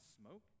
smoke